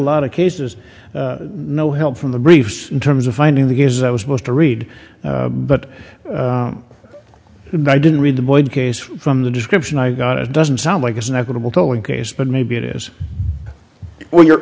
lot of cases no help from the briefs in terms of finding the years i was supposed to read but i didn't read the boyd case from the description i got it doesn't sound like it's an equitable tolling case but maybe it is when you're